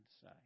say